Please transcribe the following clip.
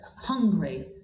hungry